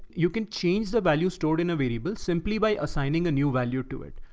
you can change the value stored in a variable simply by assigning a new value to it.